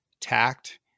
tact